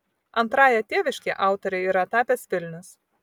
antrąja tėviške autorei yra tapęs vilnius